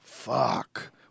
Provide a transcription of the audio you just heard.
Fuck